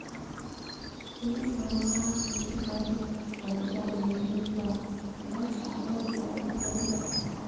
ते हर का चीच बर बरजा लेबे गा तोला काबर चाही करजा